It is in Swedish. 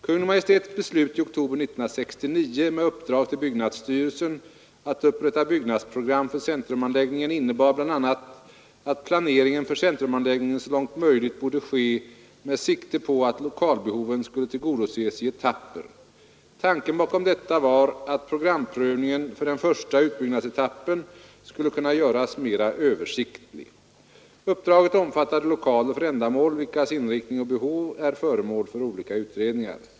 Kungl. Maj:ts beslut i oktober 1969 med uppdrag till byggnadsstyrelsen att upprätta byggnadsprogram för centrumanläggningen innebar bl.a. att planeringen för centrumanläggningen så långt möjligt borde ske med sikte på att lokalbehoven skulle tillgodoses i etapper. Tanken bakom detta var att programprövningen för den första utbyggnadsetappen skulle kunna göras mera översiktlig. Uppdraget omfattade lokaler för ändamål vilkas inriktning och behov är föremål för olika utredningar.